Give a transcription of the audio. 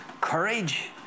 courage